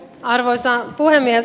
arvoisa puhemies